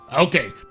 Okay